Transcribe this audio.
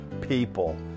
people